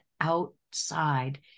outside